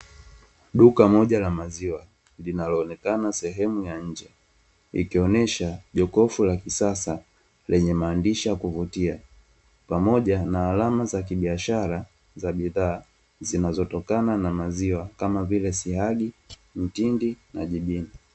Duka moja la maziwa linaloonekana sehemu ya nje, likionesha jokofu la kisasa lenye maandishi ya kuvutia pamoja na alama za kibiashara za bidhaa zinazotokana na maziwa, kama vile: siagi, mtindi na jibini.